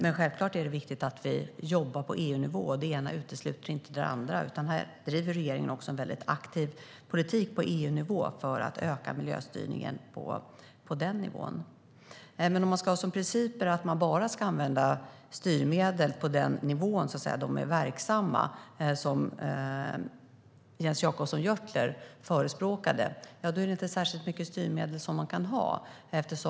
Det är självklart viktigt att vi jobbar på EU-nivå. Det ena utesluter inte det andra. För att öka miljöstyrningen på EU-nivå bedriver regeringen också aktiv politik på den nivån. Om man ska ha som princip att bara använda styrmedel på den nivå där de är verksamma, som Jonas Jacobsson Gjörtler förespråkar, kan man inte ha särskilt mycket styrmedel.